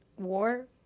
War